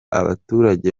abaturage